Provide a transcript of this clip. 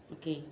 okay